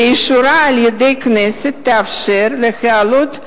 ואישורה על-ידי הכנסת תאפשר להעלות,